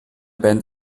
band